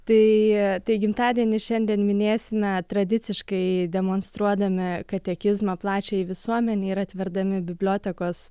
tai tai gimtadienį šiandien minėsime tradiciškai demonstruodami katekizmą plačiajai visuomenei ir atverdami bibliotekos